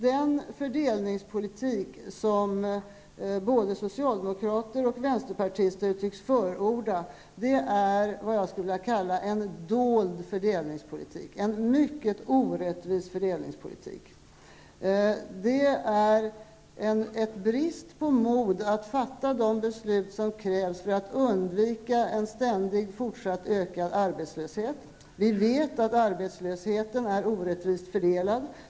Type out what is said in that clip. Den fördelningspolitik som både socialdemokrater och vänsterpartister tycks förorda är vad jag skulle vilja kalla en dold fördelningspolitik, en mycket orättvis fördelningspolitik. Det är en brist på mod att fatta de beslut som krävs för att undvika en ständigt ökad fortsatt arbetslöshet. Vi vet att arbetslösheten är orättvist fördelad.